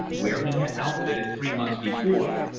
where he had outfitted three months before.